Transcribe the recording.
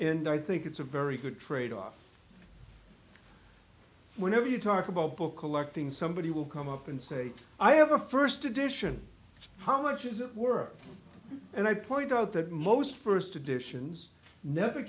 and i think it's a very good trade off whenever you talk about book collecting somebody will come up and say i have a first edition how much is it worth and i point out that most first editions never